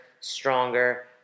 stronger